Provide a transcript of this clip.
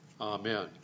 Amen